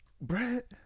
Brett